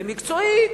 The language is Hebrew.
ומקצועית,